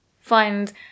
find